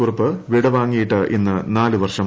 കുറുപ്പ് വിടവാങ്ങിയിട്ട് ഇന്ന് നാല് വർഷം